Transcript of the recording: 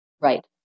Right